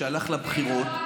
כשהלך לבחירות,